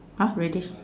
[huh] reddish